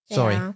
Sorry